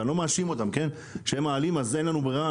ואני לא מאשים אותן אין לנו ברירה,